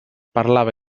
parlava